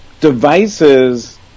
devices